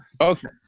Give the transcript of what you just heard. Okay